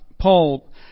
Paul